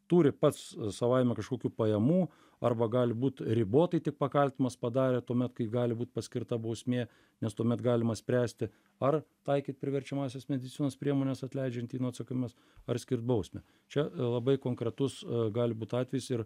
turi pats savaime kažkokių pajamų arba gali būt ribotai tik pakaltinamas padarė tuomet kai gali būt paskirta bausmė nes tuomet galima spręsti ar taikyt priverčiamąsias medicinos priemones atleidžiant jį nuo atsakomybės ar skirt bausmę čia labai konkretus gali būt atvejis ir